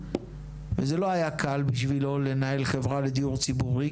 וזה לא היה קל בשבילו לנהל חברה לדיור ציבורי,